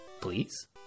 Please